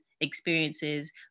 experiences